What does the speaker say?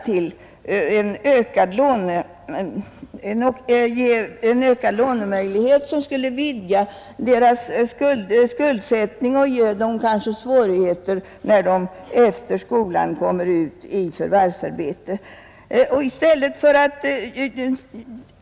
Om deras lånemöjligheter vidgas skulle deras skulder öka, och de skulle få svårigheter när de efter skolan kommer ut i förvärvsarbete.